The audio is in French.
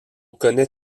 connaît